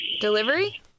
Delivery